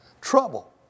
Trouble